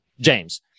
James